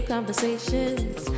conversations